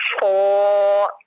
four